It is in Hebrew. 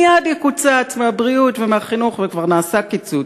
מייד יקוצץ מהבריאות, ומהחינוך, וכבר נעשה קיצוץ.